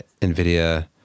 NVIDIA